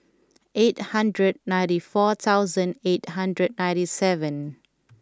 eight hundred ninety four thousand eight hundred ninety seven